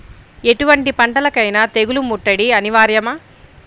ఎటువంటి పంటలకైన తెగులు ముట్టడి అనివార్యమా?